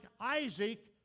Isaac